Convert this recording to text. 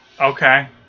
Okay